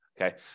Okay